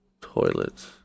Toilets